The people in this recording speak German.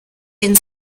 den